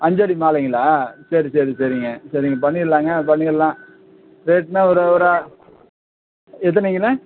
அஞ்சடி மாலைங்களா சரி சரி சரிங்க சரிங்க பண்ணிடலாங்க பண்ணிடலாம் ரேட்னால் ஒரு ஒரு ஆ எத்தனைங்கண்ணே